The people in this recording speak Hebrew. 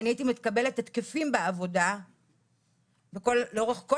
אני הייתי מקבלת התקפים בעבודה ולאורך כל